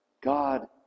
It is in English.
God